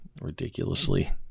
ridiculously